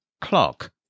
Clock